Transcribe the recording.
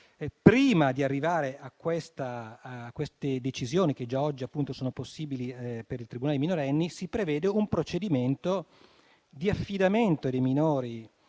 Prima di arrivare a queste decisioni che già oggi sono possibili per il tribunale dei minorenni, si prevede un procedimento di affidamento dei minori